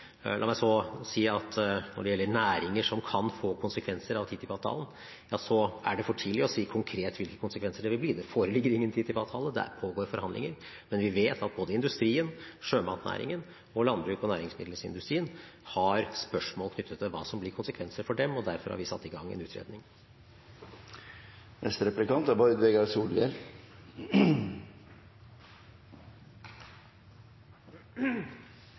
La meg så si at når det gjelder konsekvenser for næringer av TTIP-avtalen, er det for tidlig å si konkret hvilke konsekvenser det vil bli. Det foreligger ingen TTIP-avtale, det pågår forhandlinger, men vi vet at både industrien, sjømatnæringen og landbruks- og næringsmiddelindustrien har spørsmål knyttet til hva som blir konsekvenser for dem, og derfor har vi satt i gang en utredning. Det er